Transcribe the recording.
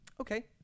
Okay